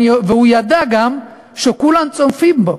והוא ידע גם שכולם צופים בו.